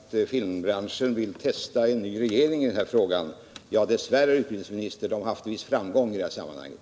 Herr talman! Utbildningsministern säger att det är klart att filmbranschen vill testa en ny regering i frågan. Ja, dess värre, herr utbildningsminister, har den haft en viss framgång i det sammanhanget.